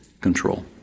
control